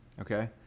okay